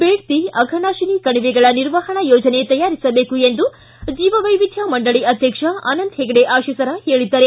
ಬೇಡ್ತಿ ಅಘನಾಶಿನಿ ಕಣಿವೆಗಳ ನಿರ್ವಹಣಾ ಯೋಜನೆ ತಯಾರಿಸಬೇಕು ಎಂದು ಜೀವವೈವಿಧ್ಯ ಮಂಡಳಿ ಅಧ್ಯಕ್ಷ ತ್ರೀ ಅನಂತ ಹೆಗಡೆ ಅಶೀಸರ್ ಹೇಳಿದ್ದಾರೆ